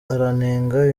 aranenga